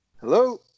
Hello